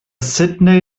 sydney